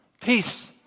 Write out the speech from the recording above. Peace